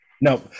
No